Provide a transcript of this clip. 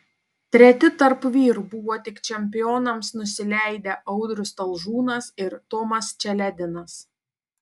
treti tarp vyrų buvo tik čempionams nusileidę audrius talžūnas ir tomas čeledinas